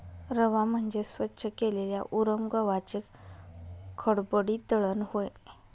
रवा म्हणजे स्वच्छ केलेल्या उरम गव्हाचे खडबडीत दळण होय